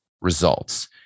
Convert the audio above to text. results